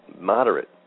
moderate